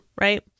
right